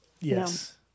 Yes